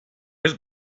his